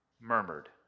murmured